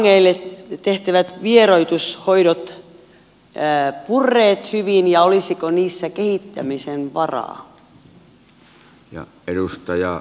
ovatko vangeille tehtävät vieroitushoidot purreet hyvin ja olisiko niissä kehittämisen varaa